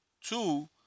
Two